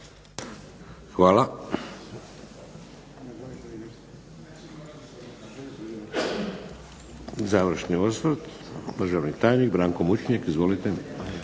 Hvala.